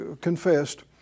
confessed